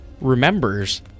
remembers